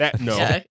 No